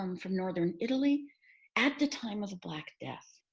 um from northern italy at the time of the black death.